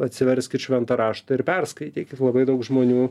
atsiverskit šventą raštą ir perskaitykit labai daug žmonių